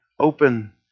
Open